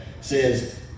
says